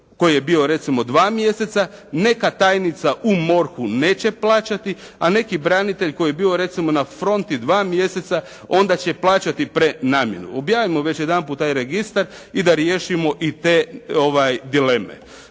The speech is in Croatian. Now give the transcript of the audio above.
koji je bio recimo 2 mjeseca, neka tajnica u MORH-u neće plaćati, a neki branitelj koji je bio recimo na fronti 2 mjeseca onda će plaćati prenamjenu. Objavimo već jedanput taj registar i da riješimo i te dileme.